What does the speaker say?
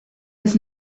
was